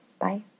Bye